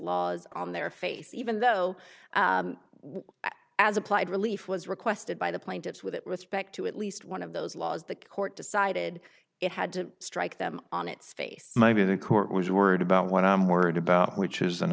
laws on their face even though as applied relief was requested by the plaintiffs with respect to at least one of those laws the court decided it had to strike them on its face maybe the court was worried about what i'm worried about which is and